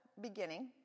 beginning